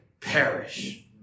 perish